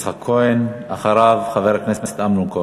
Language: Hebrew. חבר הכנסת יצחק כהן, ואחריו, חבר הכנסת אמנון כהן.